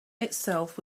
itself